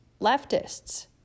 leftists